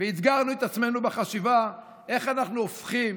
ואתגרנו את עצמנו בחשיבה איך אנחנו הופכים